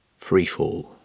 Freefall